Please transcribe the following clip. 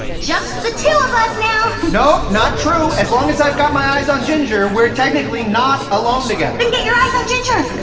just the two of us now. no, not true! as long as i've got my eyes on ginger, we're technically not alone together! then get your eyes on ginger!